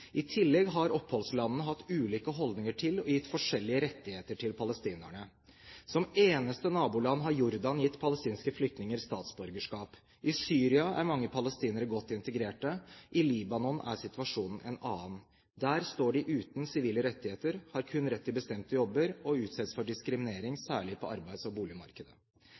I tillegg har oppholdslandene hatt ulike holdninger til og gitt forskjellige rettigheter til palestinerne. Som eneste naboland har Jordan gitt palestinske flyktninger statsborgerskap. I Syria er mange palestinere godt integrert. I Libanon er situasjonen en annen: Der står de uten sivile rettigheter, har kun rett til bestemte jobber og utsettes for diskriminering, særlig på arbeids- og boligmarkedet.